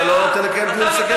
אתה לא נותן לקיים דיון שקט פה.